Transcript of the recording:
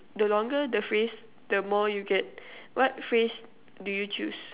the longer the phrase the more you get what phrase do you choose